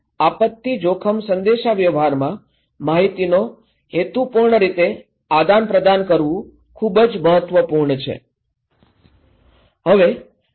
તેથી આપત્તિ જોખમ સંદેશાવ્યવહારમાં માહિતીનો હેતુપૂર્ણ રીતે આદાનપ્રદાન કરવું ખૂબ જ મહત્વપૂર્ણ છે